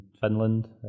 Finland